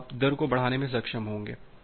तो आप दर को बढ़ाने में सक्षम होंगे